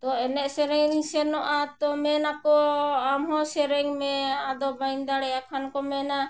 ᱛᱚ ᱮᱱᱮᱡ ᱥᱮᱨᱮᱧ ᱤᱧ ᱥᱮᱱᱚᱜᱼᱟ ᱛᱚ ᱢᱮᱱᱟᱠᱚ ᱟᱢ ᱦᱚᱸ ᱥᱮᱨᱮᱧ ᱢᱮ ᱟᱫᱚ ᱵᱟᱹᱧ ᱫᱟᱲᱮᱭᱟᱜ ᱠᱷᱟᱱ ᱠᱚ ᱢᱮᱱᱟ